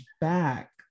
back